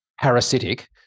parasitic